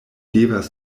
devas